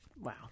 wow